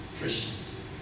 Christians